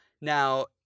Now